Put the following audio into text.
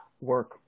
work